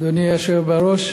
אדוני היושב בראש,